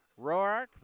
Roark